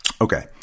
Okay